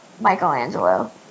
Michelangelo